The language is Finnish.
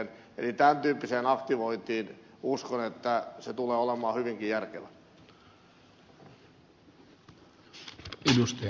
eli tämän tyyppiseen aktivointiin uskon ja että se tulee olemaan hyvinkin järkevää